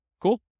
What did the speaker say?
Cool